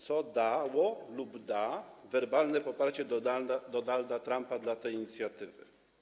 Co dało lub co da werbalne poparcie Donalda Trumpa dla tej inicjatywy?